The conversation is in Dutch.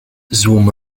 zwom